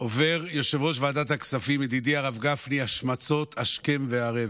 עובר יושב-ראש ועדת הכספים ידידי הרב גפני השמצות השכם והערב.